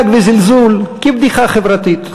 ולעג וזלזול כבדיחה חברית.